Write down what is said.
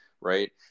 right